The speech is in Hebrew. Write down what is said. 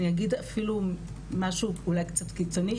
אני אגיד אפילו משהו קצת קיצוני,